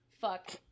Fuck